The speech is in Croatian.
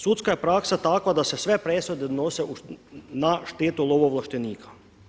Sudska je praksa takva da se sve presude donose na štetu lovoovlaštenika.